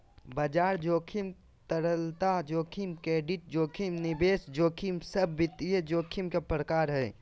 बाजार जोखिम, तरलता जोखिम, क्रेडिट जोखिम, निवेश जोखिम सब वित्तीय जोखिम के प्रकार हय